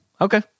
Okay